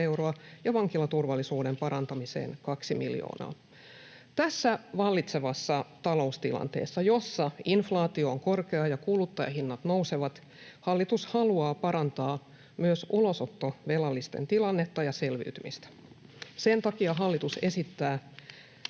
ja vankilaturvallisuuden parantamiseen 2 miljoonaa. Tässä vallitsevassa taloustilanteessa, jossa inflaatio on korkea ja kuluttajahinnat nousevat, hallitus haluaa parantaa myös ulosottovelallisten tilannetta ja selviytymistä. Sen takia hallitus esittää